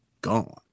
gone